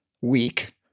week